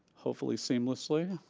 hopefully seamlessly.